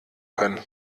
können